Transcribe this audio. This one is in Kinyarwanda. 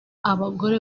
abagore